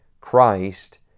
Christ